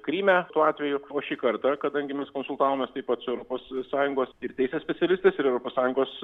kryme tuo atveju o šį kartą kadangi mes konsultavomės taip pat su eropos s sąjungos ir teisės specialistas ir europos sąjungos